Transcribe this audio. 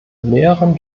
mehreren